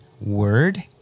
word